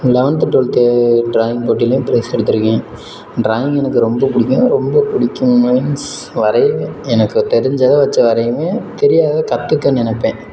eleventh twelfth drawing போட்டிலேயும் prize எடுத்திருக்கேன் drawing எனக்கு ரொம்ப பிடிக்கும் ரொம்ப பிடிக்கும் மீன்ஸ் வரைவேன் எனக்கு தெரிஞ்சதை வச்சு வரைவேன் தெரியாததை கற்றுக்க நினப்பேன்